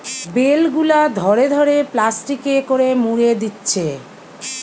bell গুলা ধরে ধরে প্লাস্টিকে করে মুড়ে দিচ্ছে